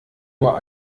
nur